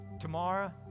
Tomorrow